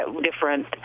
different